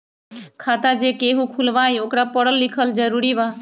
खाता जे केहु खुलवाई ओकरा परल लिखल जरूरी वा?